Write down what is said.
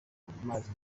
mazi